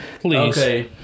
Please